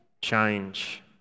change